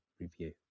review